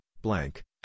blank